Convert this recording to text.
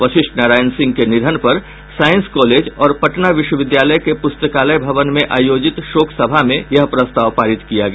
वशिष्ठ नारायण सिंह के निधन पर साईस कॉलेज और पटना विश्वविद्यालय के पुस्तकालय भवन में आयोजित शोक सभा में यह प्रस्ताव पारित किया गया